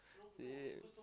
yes